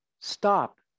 Stop